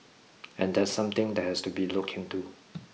and that's something that has to be looked into